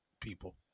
people